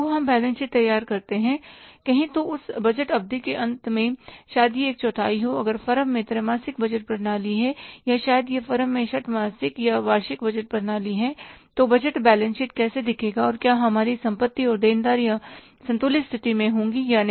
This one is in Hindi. तो हम बैलेंस शीट तैयार करते हैं कहो तो उस बजट अवधि के अंत में शायद यह एक चौथाई हो अगर फर्म में त्रैमासिक बजट प्रणाली है या शायद यह फर्म में षटमासिक या वार्षिक बजट प्रणाली है तो वह बजट बैलेंस शीट कैसे दिखेगा और क्या हमारी संपत्ति और देनदारियां संतुलित स्थिति में होंगी या नहीं